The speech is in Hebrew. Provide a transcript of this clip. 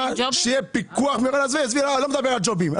לא מדבר על ג'ובים.